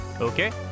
okay